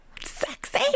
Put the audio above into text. sexy